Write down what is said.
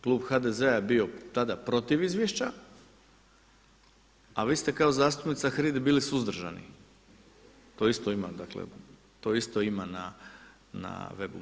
Klub HDZ-a je bio tada protiv izvješća a vi ste kao zastupnica HRID-i bili suzdržani, to isto ima dakle, to isto ima na web-u.